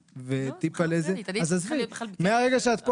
ונשלב כולנו ידיים ------ מהרגע שאת פה,